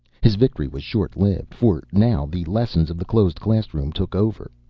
his victory was short-lived. for now the lessons of the closed classroom took over,